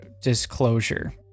disclosure